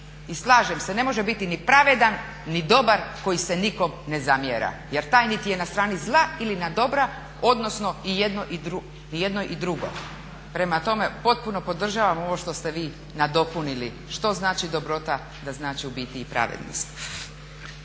I slažem se, ne može biti ni pravedan ni dobar koji se nikom ne zamjera, jer taj niti je na strani zla ni dobra odnosno i jedno i drugo. Prema tome, potpuno podražavam ovo što ste vi nadopunili što znači dobrota, da znači u biti i pravednost.